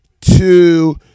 two